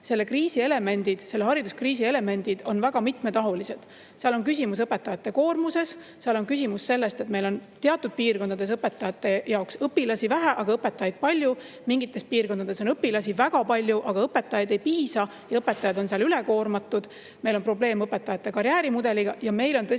sellega nõustuvad kõik. Selle hariduskriisi elemendid on väga mitmetahulised. Seal on küsimus õpetajate koormuses, seal on küsimus selles, et meil on teatud piirkondades õpilasi vähe, aga õpetajaid palju, mingites piirkondades on õpilasi väga palju, aga õpetajaid ei piisa ja õpetajad on seal ülekoormatud. Meil on probleem õpetajate karjäärimudeliga ja meil on tõsine